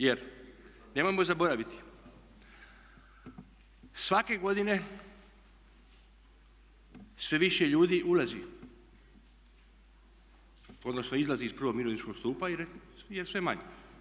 Jer nemojmo zaboraviti, svake godine sve više ljudi ulazi odnosno izlazi iz prvog mirovinskog stupa je sve manje.